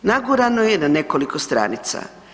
Nagurano je na nekoliko stranica.